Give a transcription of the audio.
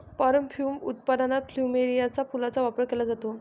perfume उत्पादनात प्लुमेरियाच्या फुलांचा वापर केला जातो